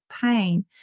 pain